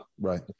Right